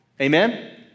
Amen